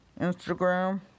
Instagram